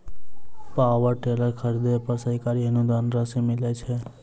Power tiller खरीदे पर सरकारी अनुदान राशि मिलय छैय?